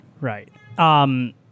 right